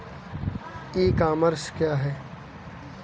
ई commerce क्या है?